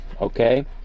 Okay